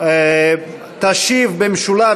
תשיב במשולב,